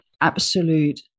absolute